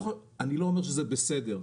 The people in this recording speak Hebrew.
אני לא אומר שזה בסדר,